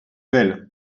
belle